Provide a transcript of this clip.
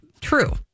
true